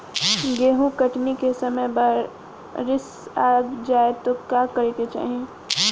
गेहुँ कटनी के समय बारीस आ जाए तो का करे के चाही?